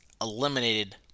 eliminated